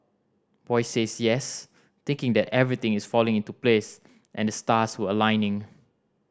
boy says yes thinking that everything is falling into place and the stars were aligning